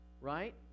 right